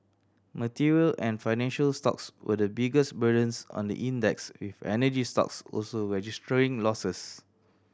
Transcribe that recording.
material and financial stocks were the biggest burdens on the index with energy stocks also registering losses